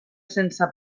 sense